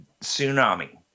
tsunami